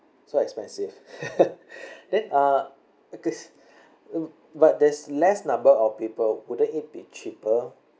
so expensive then uh because um but there's less number of people wouldn't it be cheaper